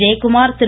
Jayakumar Thiru